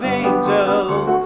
angels